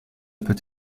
peut